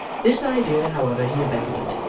this idea, however, he abandoned.